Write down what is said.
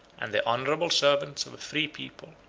and the honorable servants of a free people.